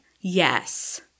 Yes